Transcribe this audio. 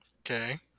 okay